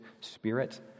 spirit